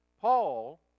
Paul